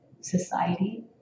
society